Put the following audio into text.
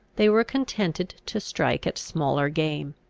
they were contented to strike at smaller game.